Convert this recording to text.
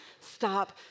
stop